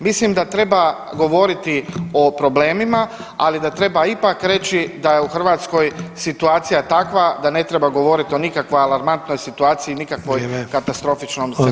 Mislim da treba govoriti o problemima ali da treba ipak reći da je u Hrvatskoj situacija takva da ne treba govoriti o nikakvoj alarmantnoj situaciji i nikakvoj [[Upadica: Vrijeme.]] katastrofičnom scenariju.